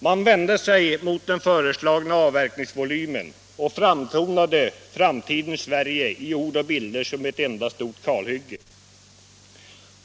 Man vände sig mot den föreslagna avverkningsvolymen och framtonade framtidens Sverige i ord och bilder som ett enda stort kalhygge.